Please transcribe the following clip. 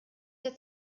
der